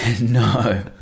No